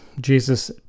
Jesus